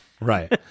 Right